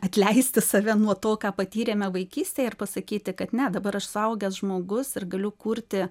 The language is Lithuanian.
atleisti save nuo to ką patyrėme vaikystėje ir pasakyti kad ne dabar aš suaugęs žmogus ir galiu kurti